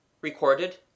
Recorded